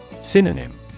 SYNONYM